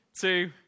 two